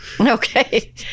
Okay